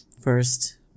first